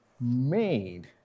made